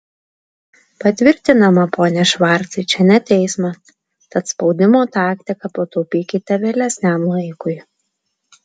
patvirtinama pone švarcai čia ne teismas tad spaudimo taktiką pataupykite vėlesniam laikui